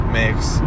makes